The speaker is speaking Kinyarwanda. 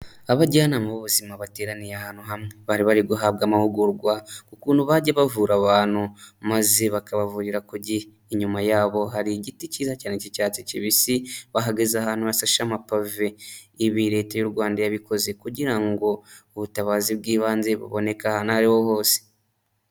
Abajyanama b'ubuzima bateraniye ahantu hamwe, bari bari guhabwa amahugurwa ku kuntu bagiye bavura abantu, maze bakabavurira ku gihe, inyuma yabo hari igiti kiza cyane k'icyatsi kibisi, bahagaze ahantu hasashe amapave, ibi Leta y'u Rwanda yabikoze kugira ngo ubutabazi bw'ibanze buboneke ahantu aho ari ho hose.